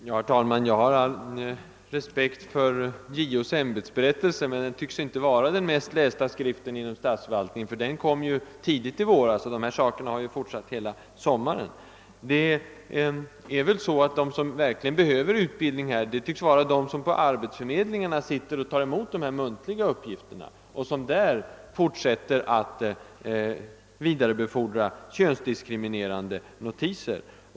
Herr talman! Jag har all respekt för JO:s ämbetsberättelse, men den tycks inte vara den mest lästa skriften inom statsförvaltningen. Den utkom ju tidigt i våras, medan den företeelse som jag har berört har fortsatt hela sommaren. De som verkligen behöver utbildning i detta fall tycks vara de människor som sitter på arbetsförmedlingarna och tar emot de muntliga uppgifterna och som fortsätter att vidarebefordra könsdiskriminerande notiser.